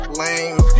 lame